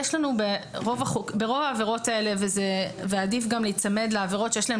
ברוב העבירות האלה יש - ועדיף גם להיצמד לעבירות שיש להן